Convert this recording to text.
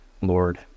Lord